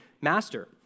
Master